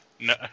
No